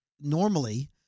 normally